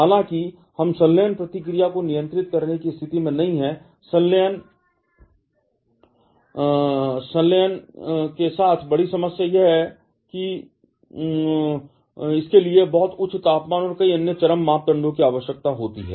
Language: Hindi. हालांकि हम संलयन प्रतिक्रिया को नियंत्रित करने की स्थिति में नहीं हैं संलयन के साथ एक बड़ी समस्या यह है कि इसके लिए बहुत उच्च तापमान और कई अन्य चरम मापदंडों की आवश्यकता होती है